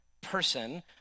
person